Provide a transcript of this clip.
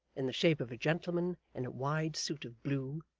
in the shape of a gentleman in a wide suit of blue,